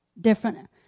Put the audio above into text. different